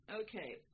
Okay